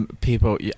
People